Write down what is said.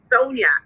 Sonia